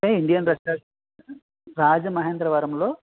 Indian restaurant రాజమహేంద్రవరంలో